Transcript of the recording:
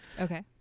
okay